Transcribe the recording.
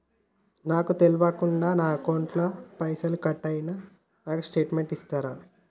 నాకు తెల్వకుండా నా అకౌంట్ ల పైసల్ కట్ అయినై నాకు స్టేటుమెంట్ ఇస్తరా?